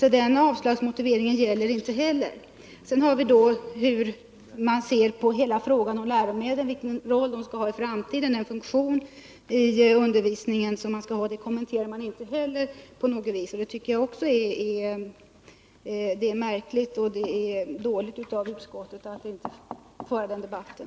Så den avslagsmotiveringen håller inte heller. Vidare har vi hela frågan om hur man ser på den roll läromedlen skall ha i framtiden, vilken funktion de skall ha i undervisningen. Det kommenteras inte heller på något vis. Det tycker jag är märkligt, och det är dåligt av utskottet att inte föra den debatten.